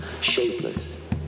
shapeless